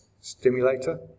stimulator